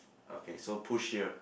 okay so push here